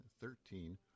thirteen